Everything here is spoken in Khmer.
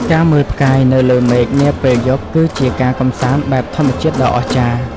ការមើលផ្កាយនៅលើមេឃនាពេលយប់ គឺជាការកម្សាន្តបែបធម្មជាតិដ៏អស្ចារ្យ។